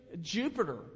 Jupiter